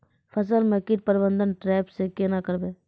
फसल म कीट प्रबंधन ट्रेप से केना करबै?